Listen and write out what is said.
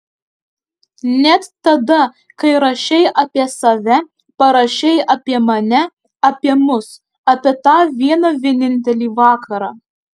net tada kai rašei apie save parašei apie mane apie mus apie tą vieną vienintelį vakarą